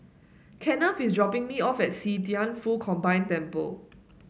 Kennth is dropping me off at See Thian Foh Combined Temple